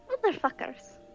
Motherfuckers